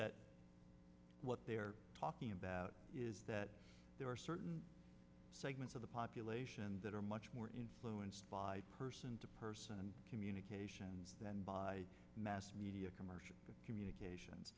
that what they are talking about is that there are certain segments of the population that are much more influenced by person to person communication than by mass media commercial communications